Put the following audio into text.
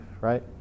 right